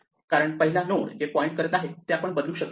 कारण पहिला नोड जे पॉईंट करत आहे ते आपण बदलू शकत नाही